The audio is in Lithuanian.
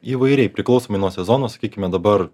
įvairiai priklausomai nuo sezono sakykime dabar